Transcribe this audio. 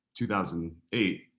2008